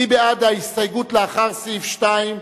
מי בעד ההסתייגות לאחרי סעיף 2,